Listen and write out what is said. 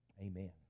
Amen